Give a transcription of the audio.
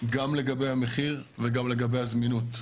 גם לגבי המחיר וגם לגבי הזמינות.